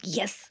yes